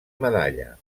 medalla